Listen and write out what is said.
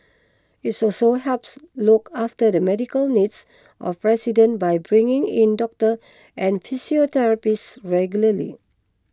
it's also helps look after the medical needs of residents by bringing in doctors and physiotherapists regularly